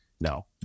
No